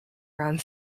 around